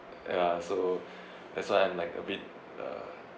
ya so that's why I'm like a bit uh